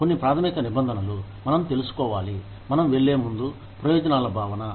కొన్ని ప్రాథమిక నిబంధనలు మనం తెలుసుకోవాలి మనం వెళ్లేముందు ప్రయోజనాల భావన